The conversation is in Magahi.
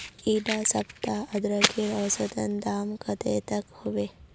इडा सप्ताह अदरकेर औसतन दाम कतेक तक होबे?